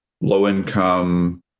low-income